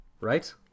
right